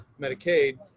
Medicaid